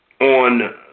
on